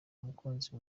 umukunzi